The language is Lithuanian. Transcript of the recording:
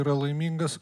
yra laimingas